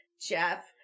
Jeff